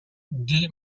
die